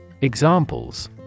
Examples